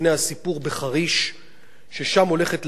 ששם הולכת לקום עיר גדולה.